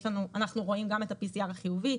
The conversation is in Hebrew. אנחנו רואים גם את ה-PCR החיובי,